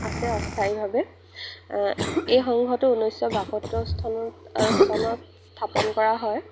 আছে অস্থায়ীভাৱে এই সংঘটো ঊনৈছশ বাসত্তৰ আ চনত স্থাপন কৰা হয়